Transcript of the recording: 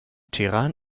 teheran